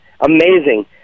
amazing